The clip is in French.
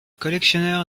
collectionneur